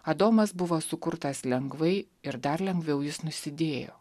adomas buvo sukurtas lengvai ir dar lengviau jis nusidėjo